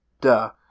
duh